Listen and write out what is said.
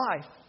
life